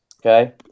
Okay